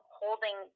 holding